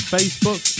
Facebook